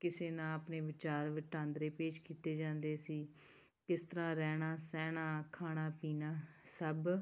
ਕਿਸੇ ਨਾਲ ਆਪਣੇ ਵਿਚਾਰ ਵਟਾਂਦਰੇ ਪੇਸ਼ ਕੀਤੇ ਜਾਂਦੇ ਸੀ ਕਿਸ ਤਰ੍ਹਾਂ ਰਹਿਣਾ ਸਹਿਣਾ ਖਾਣਾ ਪੀਣਾ ਸਭ